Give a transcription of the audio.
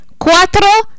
cuatro